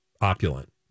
opulent